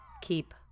Keep